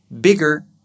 bigger